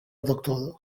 doktoro